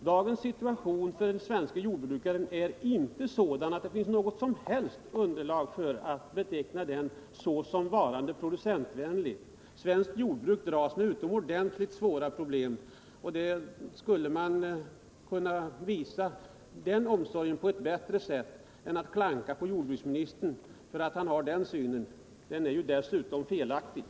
Dagens situation för den svenske jordbru-” karen är inte sådan att det finns något underlag för att beteckna jordbrukspolitiken som producentvänlig. Svenskt jordbruk dras med utomordentligt svåra problem. Man skulle kunna visa sin omsorg om den på ett bättre sätt än genom att klanka på jordbruksministern för att han skulle ha en producentvänlig syn, något som dessutom är felaktigt.